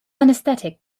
anesthetic